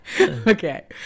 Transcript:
Okay